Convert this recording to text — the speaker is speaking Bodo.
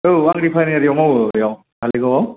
औ आं रिफाइनारियाव मावो बेयाव धालिगावआव